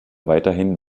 weiterhin